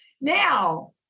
Now